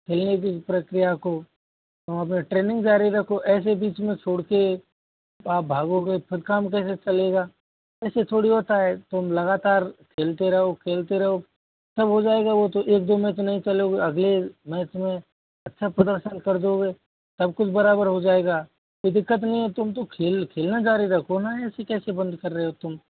खेलने की प्रक्रिया को वहाँ पे ट्रेनिंग जारी रखो ऐसे बीच में छोड़ के आप भागोगे फिर काम कैसे चलेगा ऐसे थोड़ी होता है तुम लगातार हिलते रहो खेलते रहो सब हो जाएगा वो तो एक दो मैच नहीं चलोगे अगले मैच में अच्छा प्रदर्शन कर दोगे सब कुछ बराबर हो जाएगा कोई दिक्कत नहीं है तुम तो खेल खेलना जारी रखी ना ऐसे कैसे बंद कर रहे हो तुम